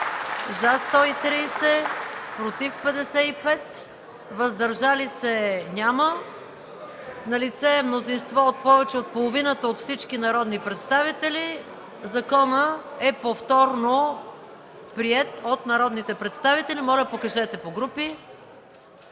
за 130, против 55, въздържали се няма. (Ръкопляскания.) Налице е мнозинство – повече от половината от всички народни представители. Законът е повторно приет от народните представители. Моля, покажете